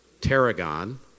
tarragon